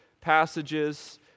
passages